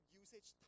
usage